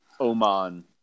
Oman